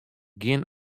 gjin